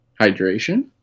Hydration